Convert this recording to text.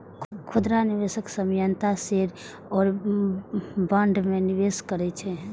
खुदरा निवेशक सामान्यतः शेयर आ बॉन्ड मे निवेश करै छै